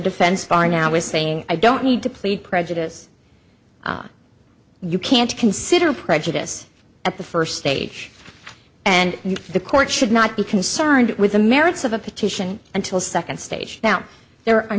defense far now is saying i don't need to plead prejudice you can't consider prejudice at the first stage and the court should not be concerned with the merits of a petition until second stage now there are